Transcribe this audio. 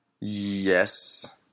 Yes